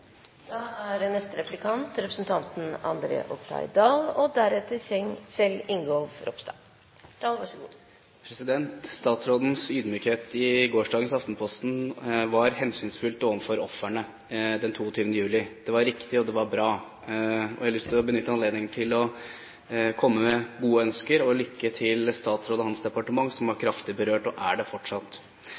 ydmykhet i gårsdagens Aftenposten var hensynsfullt overfor ofrene etter 22. juli. Det var riktig, og det var bra. Jeg har lyst til å benytte anledningen til å komme med gode ønsker og ønske lykke til for statsråden og hans departement, som har vært, og fortsatt er, kraftig berørt.